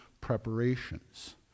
preparations